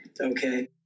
okay